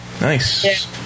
Nice